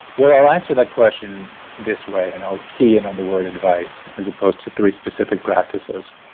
well, i'll answer that question this way and i'll key in on the word advice, as opposed to three specific practices.